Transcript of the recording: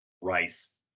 Rice